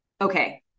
okay